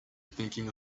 thinking